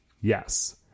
Yes